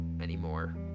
anymore